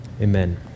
Amen